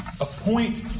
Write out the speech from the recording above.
Appoint